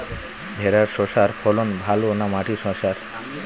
ভেরার শশার ফলন ভালো না মাটির শশার?